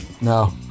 No